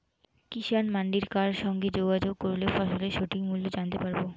কিষান মান্ডির কার সঙ্গে যোগাযোগ করলে ফসলের সঠিক মূল্য জানতে পারবো?